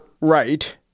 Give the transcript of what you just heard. Right